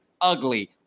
ugly